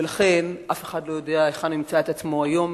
ולכן אף אחד לא יודע איפה הוא ימצא את עצמו היום,